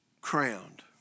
crowned